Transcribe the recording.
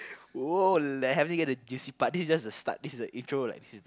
!woah! they haven't get the juicy part this is just the start this is the intro like this is